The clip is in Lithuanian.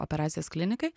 operacijas klinikai